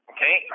Okay